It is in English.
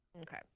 Okay